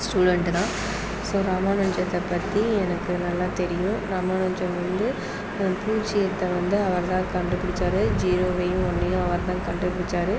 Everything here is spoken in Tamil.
ஸ்டூடெண்ட் தான் ஸோ ராமானுஜத்தை பற்றி எனக்கு நல்லா தெரியும் ராமானுஜம் வந்து பூஜ்ஜியத்தை வந்து அவர் தான் கண்டு பிடிச்சாரு ஜீரோவையும் ஒன்றையும் அவரு தான் கண்டு பிடிச்சாரு